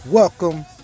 Welcome